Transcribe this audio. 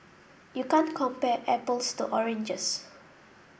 you can't compare apples to oranges